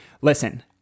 listen